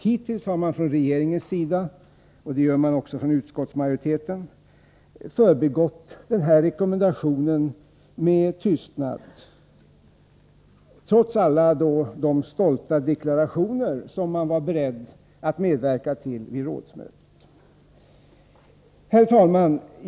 Hittills har man från regeringens sida — och det gör också utskottsmajoriteten — förbigått denna rekommendation med tystnad, trots alla de stolta deklarationer som man var beredd att medverka till vid rådsmötet. Herr talman!